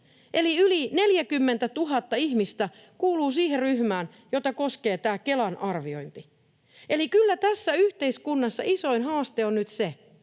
Yli 40 000 ihmistä kuuluu siihen ryhmään, jota koskee tämä Kelan arviointi. Eli kyllä tässä yhteiskunnassa isoin haaste on nyt se,